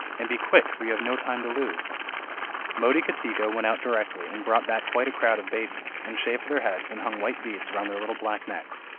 and be quick for you have no time to lose motikatika went out directly, and brought back quite a crowd of babies, and shaved their heads and hung white beads round their little black necks,